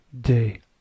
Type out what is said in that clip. day